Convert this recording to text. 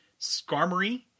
Skarmory